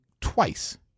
twice